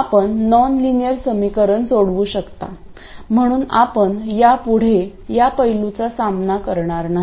आपण नॉनलिनियर समीकरण सोडवू शकता म्हणून आपण यापुढे या पैलूचा सामना करणार नाही